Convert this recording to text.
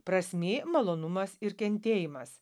prasmė malonumas ir kentėjimas